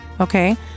okay